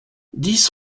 dix